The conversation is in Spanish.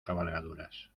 cabalgaduras